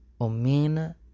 Omina